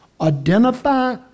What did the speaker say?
identify